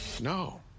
No